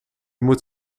moet